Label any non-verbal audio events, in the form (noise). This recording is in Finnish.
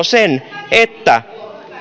(unintelligible) sen että